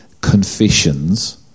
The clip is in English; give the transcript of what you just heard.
confessions